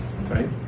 right